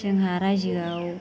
जोंहा रायजोआव